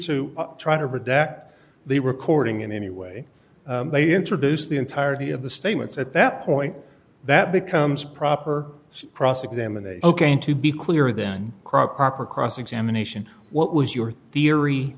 to try to redact the recording in any way they introduced the entirety of the statements at that point that becomes proper cross examination ok and to be clear then cross proper cross examination what was your theory